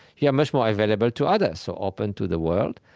yeah much more available to others, so open to the world.